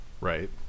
right